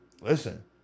Listen